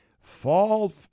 Fall